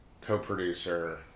co-producer